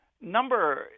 number